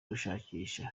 gushakisha